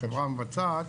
החברה המבצעת,